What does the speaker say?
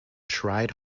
tried